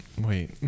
wait